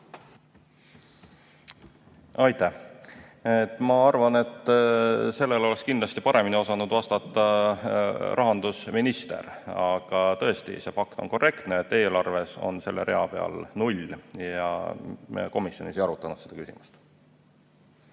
Aitäh! Ma arvan, et sellele oleks kindlasti paremini osanud vastata rahandusminister. Aga tõesti, see väide on korrektne. Eelarves on selle rea peal null ja me komisjonis ei arutanud seda küsimust.